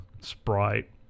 sprite